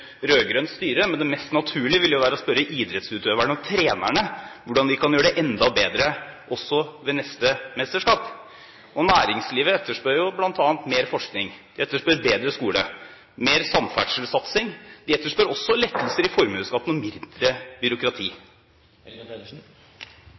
rød-grønt styre, men det mest naturlige ville jo være å spørre idrettsutøverne og trenerne hvordan de kan gjøre det enda bedre ved neste mesterskap. Næringslivet etterspør jo bl.a. mer forskning, bedre skole, mer samferdsselssatsing. De etterspør også lettelser i formuesskatten og mindre byråkrati.